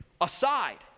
aside